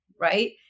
right